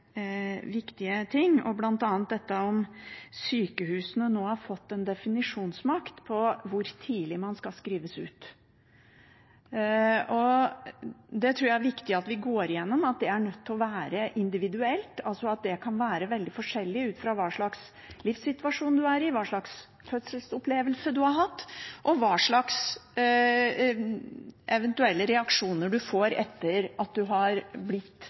dette om hvorvidt sykehusene nå har fått en definisjonsmakt over hvor tidlig man skal skrives ut. Det tror jeg er viktig at vi går gjennom. Det er nødt til å være individuelt, for det kan være veldig forskjellig ut fra hva slags livssituasjon man er i, hva slags fødselsopplevelse man har hatt, og hva slags eventuelle reaksjoner man får etter at man har blitt